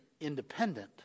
independent